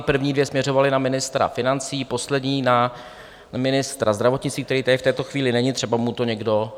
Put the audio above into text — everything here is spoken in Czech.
První dvě směřovaly na ministra financí, poslední na ministra zdravotnictví, který tady v této chvíli není, třeba mu to někdo vyřídí.